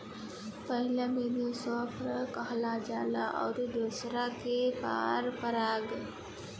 पहिला विधि स्व परागण कहल जाला अउरी दुसरका के पर परागण